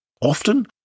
Often